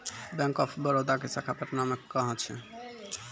Bank of Baroda के शाखा पटना मे कहां मे छै?